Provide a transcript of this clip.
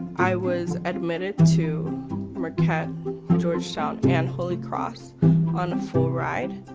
i was admitted to marquette georgetown and holy cross on full ride.